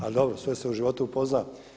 Ali dobro, sve se u životu upozna.